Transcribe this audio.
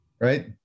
Right